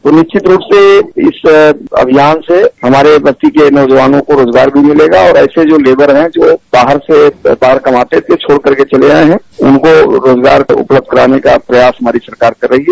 तो निश्वित रूप से इस अभियान से हमारे बस्ती के नौजवानों को रोजगार भी मिलेगा और ऐसे जो लेवर हैं जो बाहर से कमाते थे छोड़कर चले आये हैं उनको रोजगार उपलब्ध कराने का प्रयास हमारी सरकार करेगी